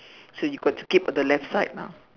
so you got to keep to left side lah